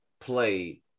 play